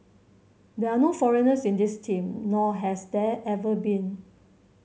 there are no foreigners in this team nor has there ever been